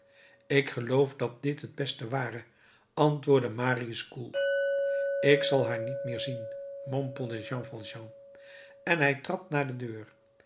ik geloof dat dit het best ware antwoordde marius koel ik zal haar niet meer zien mompelde jean valjean en hij trad naar de deur